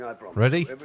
Ready